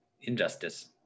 injustice